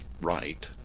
right